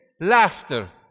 laughter